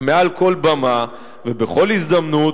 מעל כל במה ובכל הזדמנות,